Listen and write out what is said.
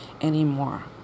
anymore